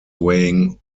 weighing